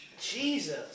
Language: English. Jesus